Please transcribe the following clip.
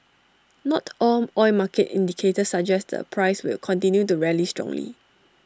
not all oil market indicators suggest the price will continue to rally strongly